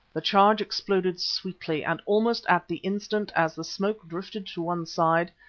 the charge exploded sweetly and almost at the instant as the smoke drifted to one side,